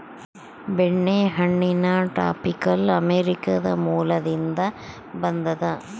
ಬೆಣ್ಣೆಹಣ್ಣಿನ tropical America ಮೂಲದಿಂದ ಬಂದದ